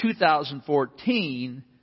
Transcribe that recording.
2014